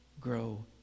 grow